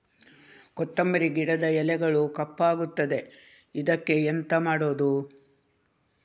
ಕೊತ್ತಂಬರಿ ಗಿಡದ ಎಲೆಗಳು ಕಪ್ಪಗುತ್ತದೆ, ಇದಕ್ಕೆ ಎಂತ ಮಾಡೋದು?